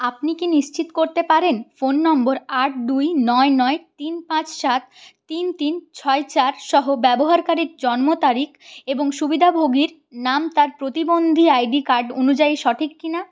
আপনি কি নিশ্চিত করতে পারেন ফোন নম্বর আট দুই নয় নয় তিন পাঁচ সাত তিন তিন ছয় চার সহ ব্যবহারকারীর জন্মতারিখ এবং সুবিধাভোগীর নাম তার প্রতিবন্ধী আই ডি কার্ড অনুযায়ী সঠিক কিনা